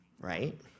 right